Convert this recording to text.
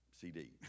CD